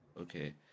Okay